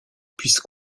puisse